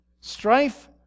Strife